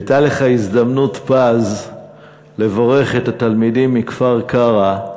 הייתה לך הזדמנות פז לברך את התלמידים מכפר-קרע,